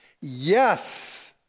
Yes